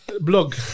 blog